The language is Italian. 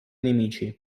nemici